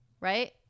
Right